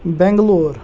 Bangalore